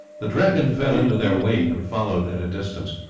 the dragon fell into their wake and followed at a distance,